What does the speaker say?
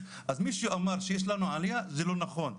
אז מי שאמר שיש לנו עלייה זה לא נכון.